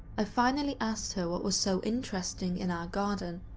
ah finally asked her what was so interesting in our garden.